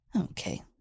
Okay